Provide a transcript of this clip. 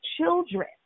children